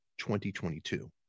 2022